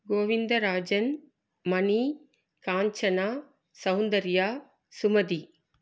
Govindarajan Mani Kanchana Soundarya Sumathi